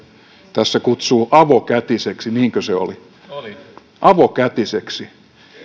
tässä kutsuu avokätiseksi niinkö se oli oli avokätiseksi